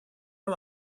out